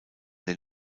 den